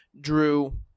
drew